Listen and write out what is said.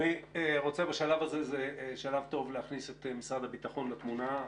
זה שלב טוב להכניס את משרד הביטחון לתמונה.